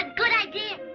good idea.